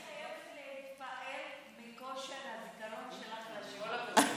אני חייבת להתפעל מכושר הזיכרון שלך לשמות.